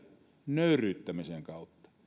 nöyryyttämisen kautta